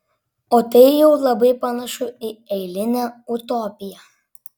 o tai jau labai panašu į eilinę utopiją